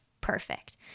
perfect